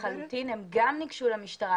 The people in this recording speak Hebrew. נכנסו לעובי הקורה.